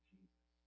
Jesus